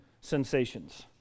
sensations